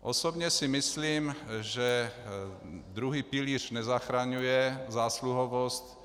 Osobně si myslím, že druhý pilíř nezachraňuje zásluhovost.